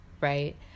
right